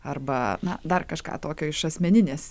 arba na dar kažką tokio iš asmeninės